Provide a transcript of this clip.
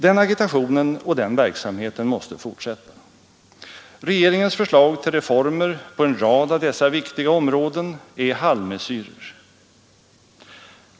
Den agitationen och den verksamheten måste fortsätta. Regeringens förslag till reformer på en rad av dessa viktiga områden är halvmesyrer.